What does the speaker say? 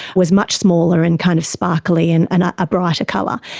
was much smaller and kind of sparkly and and a brighter colour.